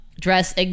Dress